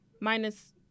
Minus